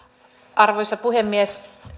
arvoisa puhemies